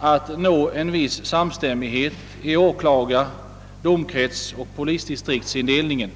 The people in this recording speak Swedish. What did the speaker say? att nå en viss samstämmighet i åklagar-, domkretsoch polisdistriktsindelningen.